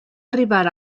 arribar